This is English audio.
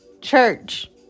Church